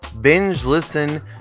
binge-listen